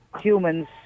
humans